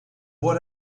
what